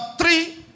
three